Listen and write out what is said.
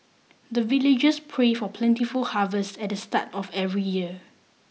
the villagers pray for plentiful harvest at the start of every year